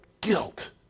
guilt